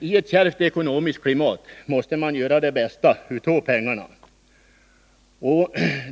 I ett kärvt ekonomiskt klimat måste man göra det bästa av pengarna.